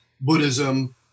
Buddhism